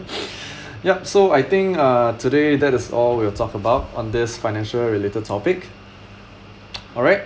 yup so I think uh today that is all we'll talk about on this financial related topic alright